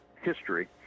history